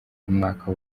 umwaka